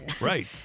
right